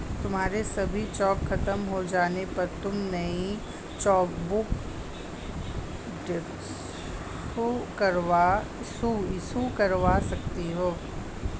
तुम्हारे सभी चेक खत्म हो जाने पर तुम नई चेकबुक इशू करवा सकती हो